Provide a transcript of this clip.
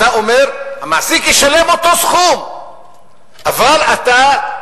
אתה אומר: המעסיק ישלם אותו סכום אבל אתה,